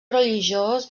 religiós